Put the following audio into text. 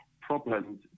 problems